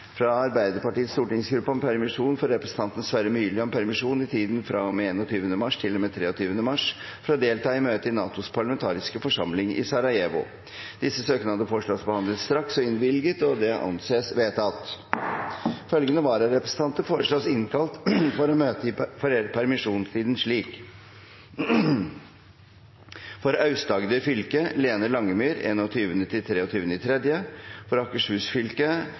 fra Arbeiderpartiets stortingsgruppe om permisjon for representanten Sverre Myrli om permisjon i tiden fra og med 21. mars til og med 23. mars for å delta i møte i NATOs parlamentariske forsamling i Sarajevo Etter forslag fra presidenten ble enstemmig besluttet: Søknadene behandles straks og innvilges. Følgende vararepresentanter innkalles for å møte i permisjonstiden slik: For Aust-Agder fylke: Lene Langemyr fra 21. mars til 23. mars For Akershus fylke: